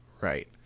Right